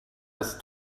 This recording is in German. ist